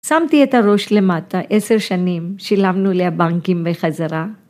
שמתי את הראש למטה עשר שנים שילמנו לבנקים בחזרה.